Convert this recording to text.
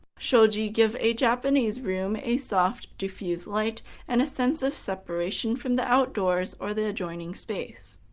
shoji give a japanese room a soft, diffuse light and a sense of separation from the outdoors or the adjoining space.